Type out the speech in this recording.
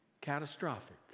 catastrophic